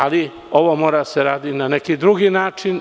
Ali, ovo mora da se radi na neki drugi način.